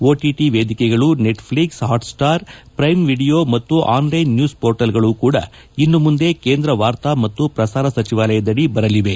OTT ವೇದಿಕೆಗಳು Netflix Hotstar Prime Video ಮತ್ತು online news ಪೋರ್ಟಲ್ಗಳೂ ಕೂಡ ಇನ್ನು ಮುಂದೆ ಕೇಂದ್ರ ವಾರ್ತಾ ಮತ್ತು ಪ್ರಸಾರ ಸಚಿವಾಲಯದದಿ ಬರಲಿವೆ